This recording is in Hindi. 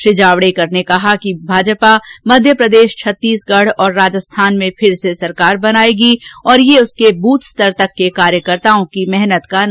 श्री जावडेकर ने कहा कि बीजेपी मध्यप्रदेश छत्तीसगढ़ और राजस्थान में फिर से सरकार बनाएगी और यह उसके बूथ स्तर तक के कार्यकर्ताओं की मेहनत का नतीजा है